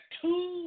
two